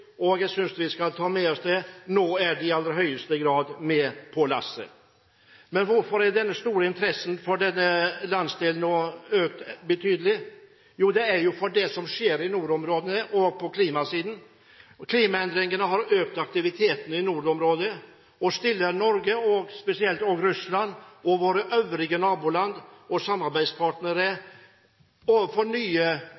og jeg synes vi skal ta med oss at dette nå i aller høyeste grad er med på lasset. Men hvorfor har denne store interessen for landsdelen nå økt betydelig? Jo, det er på grunn av det som skjer i nordområdene og på klimasiden. Klimaendringene har økt aktivitetene i nordområdene og stiller Norge og spesielt også Russland samt våre øvrige naboland og samarbeidspartnere